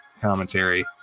commentary